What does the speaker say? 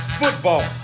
football